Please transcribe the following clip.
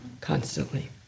constantly